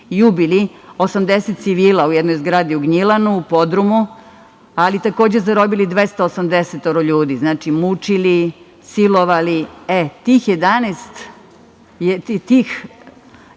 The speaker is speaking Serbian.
i ubili 80 civila u jednoj zgradi u Gnjilanu, u podrumu, ali takođe zarobili 280 ljudi. Znači, mučili, silovali. E, tu